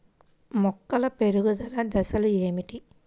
మొక్కల పెరుగుదల దశలు ఏమిటి?